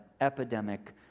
epidemic